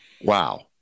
Wow